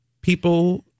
people